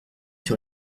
sur